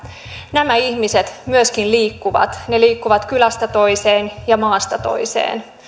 nämä ihmiset myöskin liikkuvat he liikkuvat kylästä toiseen ja maasta toiseen